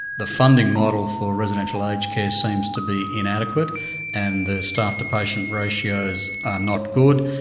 the funding model for residential aged care seems to be inadequate and the staff to patient ratios are not good,